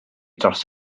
dros